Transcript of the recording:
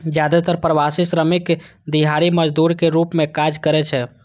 जादेतर प्रवासी श्रमिक दिहाड़ी मजदूरक रूप मे काज करै छै